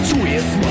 Twist